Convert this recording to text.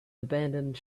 abandoned